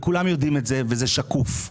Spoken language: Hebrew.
וכולם יודעים את זה וזה שקוף,